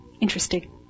interesting